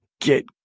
get